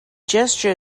gesture